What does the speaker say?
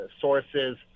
sources